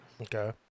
Okay